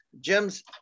Jim's